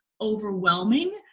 overwhelming